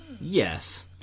Yes